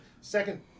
Second